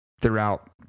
throughout